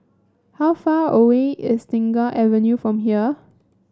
how far away is Tengah Avenue from here